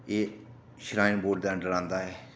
एह् shrine board दे अंदर आंदा ऐ